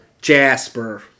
Jasper